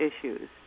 issues